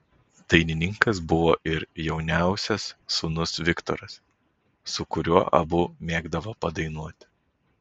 dainininkas buvo ir jauniausias sūnus viktoras su kuriuo abu mėgdavo padainuoti